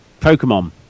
pokemon